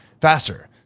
faster